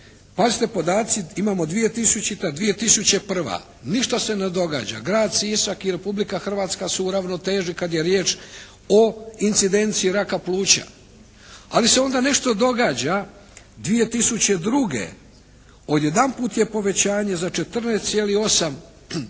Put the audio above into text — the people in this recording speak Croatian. pazite podaci, imamo 2000., 2001. Ništa se ne događa. Grad Sisak i Republika Hrvatska su u ravnoteži kad je riječ o incidenciji raka pluća, ali se onda nešto događa 2002. Odjedanput je povećanje za 14,8